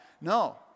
No